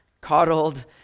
coddled